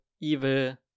evil